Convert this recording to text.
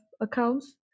accounts